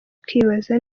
ukibaza